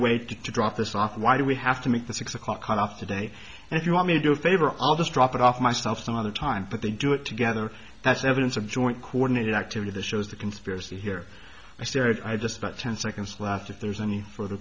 away to drop this off why do we have to make the six o'clock today and if you want me to do a favor i'll just drop it off myself some other time but they do it together that's evidence of joint coordinated activity the shows the conspiracy here i stared i just got ten seconds left if there's any further